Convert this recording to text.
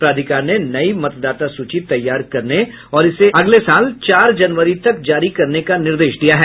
प्राधिकार ने नई मतदाता सूची तैयार करने और इसे अगले साल चार जनवरी तक जारी करने का निर्देश दिया है